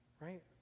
right